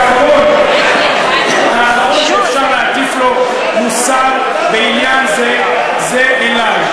האחרון שאפשר להטיף לו מוסר בעניין הזה הוא אני.